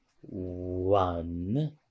One